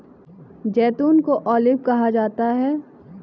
जैतून को ऑलिव कहा जाता है